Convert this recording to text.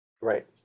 right